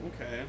Okay